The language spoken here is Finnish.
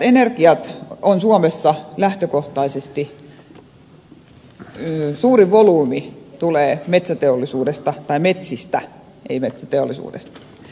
uusiutuvasta energiasta suomessa lähtökohtaisesti suurin volyymi tulee metsistä